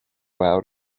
out